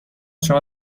شما